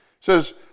says